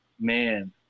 man